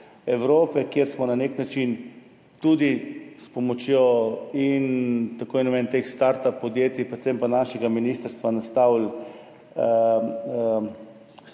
Evrope, kjer smo na nek način tudi s pomočjo tako imenovanih startup podjetij, predvsem pa našega ministrstva nastavili